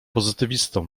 pozytywistą